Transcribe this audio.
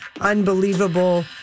unbelievable